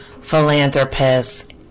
philanthropist